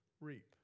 reap